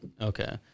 Okay